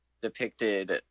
depicted